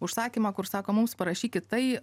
užsakymą kur sako mums parašykit tai